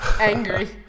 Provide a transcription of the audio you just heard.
angry